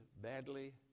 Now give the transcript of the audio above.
badly